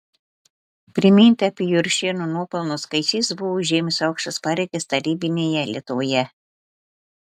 priminti apie juršėno nuopelnus kai šis buvo užėmęs aukštas pareigas tarybinėje lietuvoje